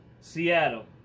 Seattle